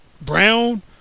Brown